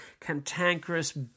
cantankerous